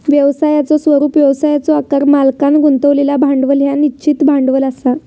व्यवसायाचो स्वरूप, व्यवसायाचो आकार, मालकांन गुंतवलेला भांडवल ह्या निश्चित भांडवल असा